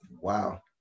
Wow